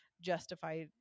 justify